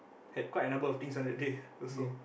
had quite a number of things on that day also